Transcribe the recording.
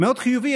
מאוד חיובי,